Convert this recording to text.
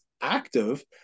active